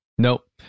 Nope